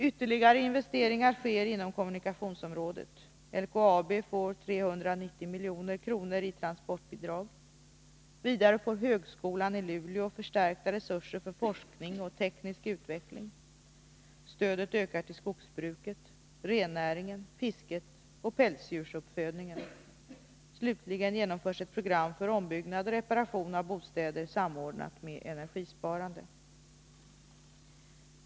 Ytterligare investeringar sker inom kommunikationsområdet. LKAB får 390 milj.kr. i transportbidrag. Vidare får högskolan i Luleå förstärkta resurser för forskning och teknisk utveckling. Stödet ökar till skogsbruket, rennäringen, fisket och pälsdjursuppfödningen. Slutligen genomförs ett program för ombyggnad eller reparation av bostäder, samordnat med energisparande.